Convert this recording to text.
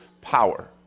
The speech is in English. power